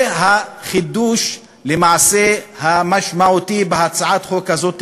זה למעשה החידוש המשמעותי בהצעת החוק הזו,